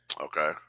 Okay